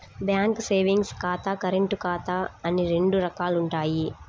bank savings ఖాతా, current ఖాతా అని రెండు రకాలుంటయ్యి